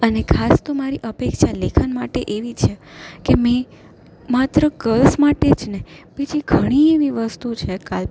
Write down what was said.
અને ખાસ તો મારી અપેક્ષા લેખન માટે એવી છે કે મેં માત્ર ગલ્સ માટે જ ને બીજી ઘણી એવી વસ્તુ છે કા